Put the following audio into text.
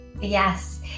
Yes